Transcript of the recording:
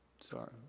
sorry